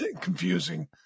Confusing